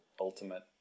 Ultimate